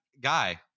guy